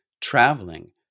traveling